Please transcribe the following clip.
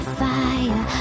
fire